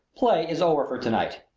play is over for to-night.